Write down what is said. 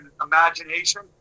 imagination